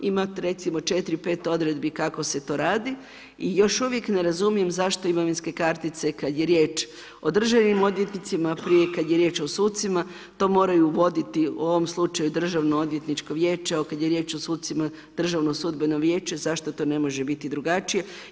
Imate recimo 4-5 odredbi kako se to radi i još uvijek ne razumijem zašto imovinske kartice, kada je riječ o Državnim odvjetnicima, prije kada je riječ o sucima, to moraju voditi o ovom slučaju Državnoodvjetničko vijeće, kada je riječ o sucima Državno sudbeno vijeće, zašto to ne može biti drugačije?